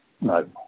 no